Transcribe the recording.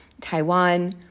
Taiwan